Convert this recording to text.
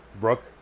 Brooke